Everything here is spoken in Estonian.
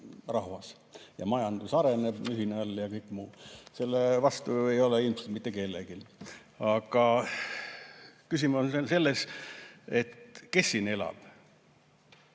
majandus areneb mühinal ja kõik muu. Selle vastu ei ole ilmselt mitte keegi. Aga küsimus on selles, kes siin elab.